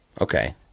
Okay